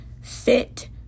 Fit